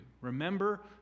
Remember